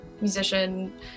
musician